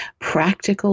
practical